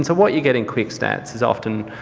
what you get in quickstats is often,